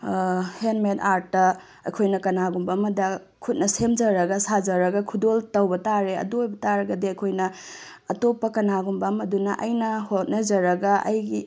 handmade ꯑꯥꯔꯠꯇ ꯑꯩꯈꯣꯏꯅ ꯀꯅꯥꯒꯨꯝꯕ ꯑꯃꯗ ꯈꯨꯠꯅ ꯁꯦꯝꯖꯔꯒ ꯁꯥꯖꯔꯒ ꯈꯨꯗꯣꯜ ꯇꯧꯕ ꯇꯥꯔꯦ ꯑꯗꯨ ꯑꯣꯏꯕ ꯇꯥꯔꯒꯗꯤ ꯑꯩꯈꯣꯏꯅ ꯑꯇꯣꯞꯄ ꯀꯅꯥꯒꯨꯝꯕ ꯑꯃꯗꯨꯅ ꯑꯩꯅ ꯍꯣꯠꯅꯖꯔꯒ ꯑꯩꯒꯤ